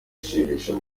ashimisha